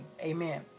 Amen